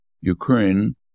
Ukraine